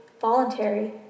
voluntary